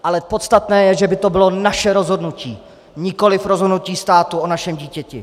Ale podstatné je, že by to bylo naše rozhodnutí, nikoliv rozhodnutí státu o našem dítěti.